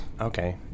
Okay